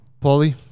paulie